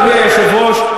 אדוני היושב-ראש,